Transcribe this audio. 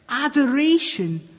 adoration